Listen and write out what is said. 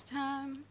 time